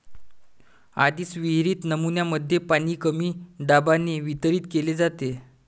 आधीच विहित नमुन्यांमध्ये पाणी कमी दाबाने वितरित केले जाते